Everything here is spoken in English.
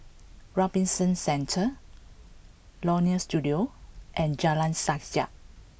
Robinson Centre Leonie Studio and Jalan Sajak